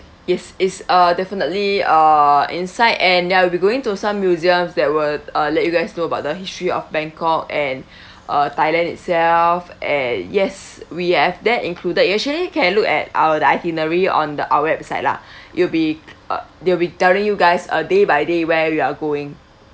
yes is uh definitely err inside and ya we'll be going to some museums that would uh let you guys know about the history of bangkok and uh thailand itself and yes we have that included you actually can look at our itinerary on the our website lah you'll be uh they'll be telling you guys uh day by day where you're going